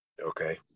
Okay